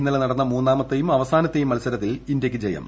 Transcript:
ഇന്നലെ നടന്ന മൂന്നാമത്തെയും അവസാനത്തേയും മത്സരത്തിൽ ഇന്ത്യയ്ക്ക് ജയം